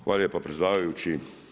Hvala lijepa predsjedavajući.